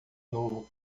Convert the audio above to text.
novo